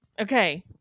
Okay